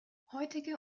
heutige